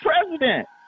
president